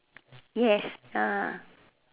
yes ah